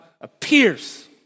appears